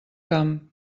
camp